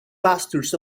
pastures